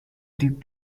deep